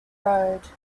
road